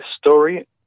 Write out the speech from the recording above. story